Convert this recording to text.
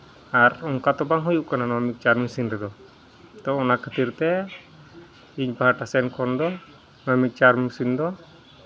ᱟᱨ ᱚᱱᱠᱟ ᱛᱚ ᱵᱟᱝ ᱦᱩᱭᱩᱜ ᱠᱟᱱᱟ ᱢᱤᱠᱥᱪᱟᱨ ᱢᱮᱥᱤᱱ ᱨᱮᱫᱚ ᱛᱚ ᱚᱱᱟ ᱠᱷᱟᱹᱛᱤᱨ ᱛᱮ ᱤᱧ ᱯᱟᱦᱴᱟ ᱥᱮᱱ ᱠᱷᱚᱱ ᱫᱚ ᱚᱱᱟ ᱢᱤᱠᱥᱪᱟᱨ ᱢᱮᱥᱤᱱ ᱫᱚ